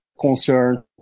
concern